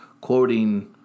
quoting